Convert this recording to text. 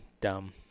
dumb